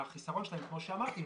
החיסרון שלהן כמו שאמרתי,